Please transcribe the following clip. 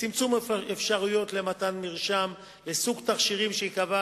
צמצום האפשרויות של מתן מרשם לסוגי תכשירים שיקבע